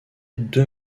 deux